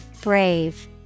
Brave